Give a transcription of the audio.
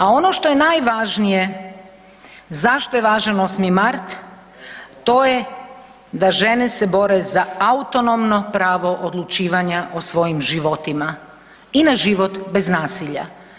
A ono što je najvažnije, zašto je važan 8. mart, to je da žene se bore za autonomno pravo odlučivanja o svojim životima i na život bez nasilja.